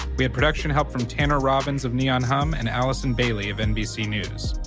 we had production help from tanner robbins of neon hum and allison bailey of nbc news.